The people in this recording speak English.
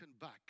back